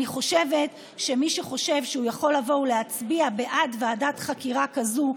אני חושבת שמי שחושב שהוא יכול לבוא ולהצביע בעד ועדת חקירה כזו,